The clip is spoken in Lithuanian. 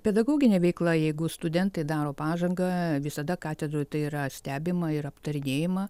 pedagoginė veikla jeigu studentai daro pažangą visada katedroj tai yra stebima ir aptarinėjama